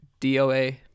DOA